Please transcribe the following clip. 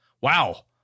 Wow